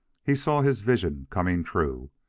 he saw his vision coming true,